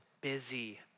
busy